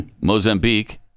Mozambique